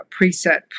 preset